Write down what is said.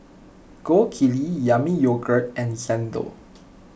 Gold Kili Yami Yogurt and Xndo